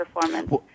performance